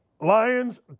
Lions